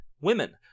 women